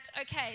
Okay